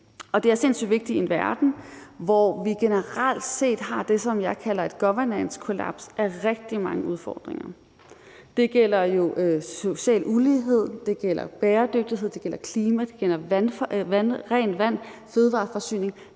det er sindssygt vigtigt i en verden, hvor vi generelt set har det, som jeg kalder et governance collapse med rigtig mange udfordringer. Det gælder social ulighed, det gælder bæredygtighed, det gælder klima, det gælder rent vand og fødevareforsyning.